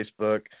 Facebook